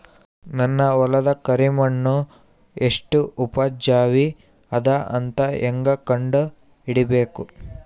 ನನ್ನ ಹೊಲದ ಕರಿ ಮಣ್ಣು ಎಷ್ಟು ಉಪಜಾವಿ ಅದ ಅಂತ ಹೇಂಗ ಕಂಡ ಹಿಡಿಬೇಕು?